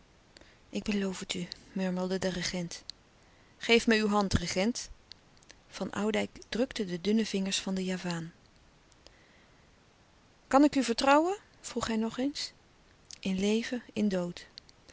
ik beloof het u murmelde de regent geef mij uw hand regent van oudijck drukte de dunne vingers van den javaan kan ik u vertrouwen vroeg hij nog eens in leven in dood